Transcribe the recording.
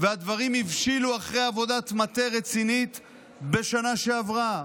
והדברים הבשילו אחרי עבודת מטה רצינית בשנה שעברה,